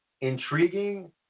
intriguing